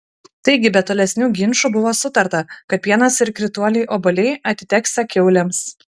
taigi be tolesnių ginčų buvo sutarta kad pienas ir krituoliai obuoliai atiteksią kiaulėms